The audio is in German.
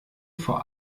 vor